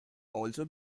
also